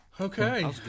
Okay